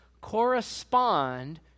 correspond